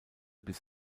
bis